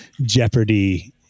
jeopardy